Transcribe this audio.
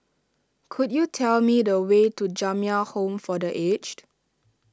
could you tell me the way to Jamiyah Home for the Aged